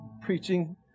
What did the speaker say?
preaching